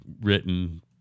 written